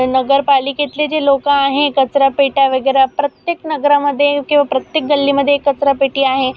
नगरपालिकेतले जे लोक आहे कचरापेट्या वगैरे प्रत्येक नगरामध्ये किंवा प्रत्येक गल्लीमध्ये एक कचरापेटी आहे